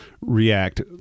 react